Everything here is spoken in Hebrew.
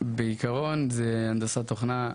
בעיקרון זה הנדסת תוכנה,